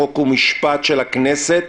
חוק ומשפט של הכנסת,